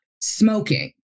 smoking